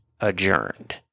adjourned